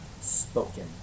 spoken